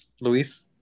Luis